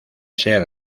ser